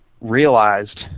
realized